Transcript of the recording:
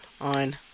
on